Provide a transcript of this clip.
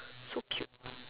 so cute